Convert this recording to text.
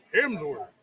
Hemsworth